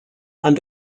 and